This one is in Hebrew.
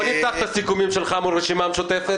בואו נפתח את הסיכומים שלך מול הרשימה המשותפת.